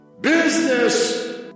Business